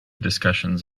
discussions